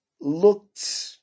looked